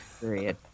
period